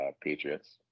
Patriots